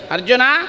Arjuna